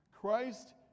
Christ